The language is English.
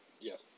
Yes